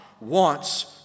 wants